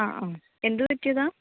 ആ ആ എന്ത് പറ്റിയതാണ്